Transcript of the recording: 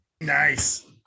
Nice